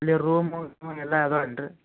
ಅಲ್ಲಿ ರೂಮು ಗೀಮು ಎಲ್ಲ ಅದ ಅಲ್ಲರಿ